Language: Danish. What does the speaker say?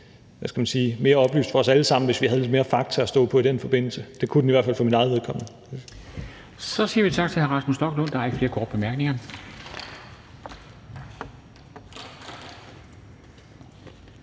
mere oplyst for os alle sammen, hvis vi havde lidt mere fakta at stå på i den forbindelse. Det kunne den i hvert fald for mit eget vedkommende. Kl. 14:41 Formanden (Henrik Dam Kristensen): Så siger vi tak til hr. Rasmus Stoklund. Der er ikke flere korte bemærkninger.